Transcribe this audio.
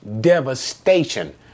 devastation